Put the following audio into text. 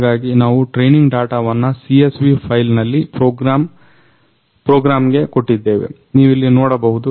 ಹಾಗಾಗಿ ನಾವು ಟ್ರೈನಿಂಗ್ ಡಾಟವನ್ನ CSV ಫೈಲ್ನಲ್ಲಿ ಪ್ರೊಗ್ರಾಮ್ಗೆ ಕೊಟ್ಟಿದ್ದೇವೆ ನೀವಿಲ್ಲಿ ನೋಡಬಹುದು